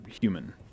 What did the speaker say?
human